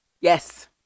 Yes